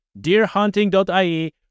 deerhunting.ie